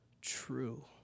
true